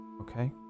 okay